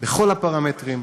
בכל הפרמטרים,